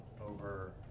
over